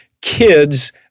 kids